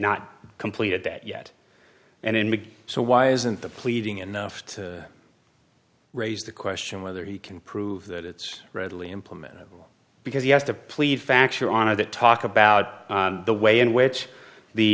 not completed that yet and indeed so why isn't the pleasing enough to raise the question whether he can prove that it's readily implementable because he has to plead facts your honor that talk about the way in which the